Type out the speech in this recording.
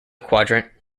quadrant